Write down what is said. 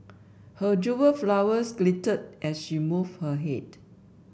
her jewelled flowers glittered as she moved her head